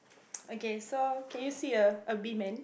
okay so can you see a a big man